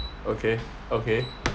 okay okay